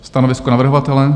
Stanovisko navrhovatele?